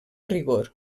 rigor